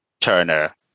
Turner